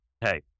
hey